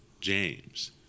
James